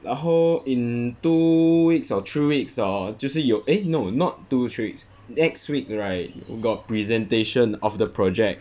然后 in two weeks or three weeks hor 就是有 eh no not two three weeks next week right got presentation of the project